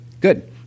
Good